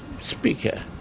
speaker